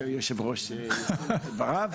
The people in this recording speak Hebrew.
שמח,